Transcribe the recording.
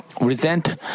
resent